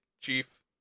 chief